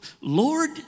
Lord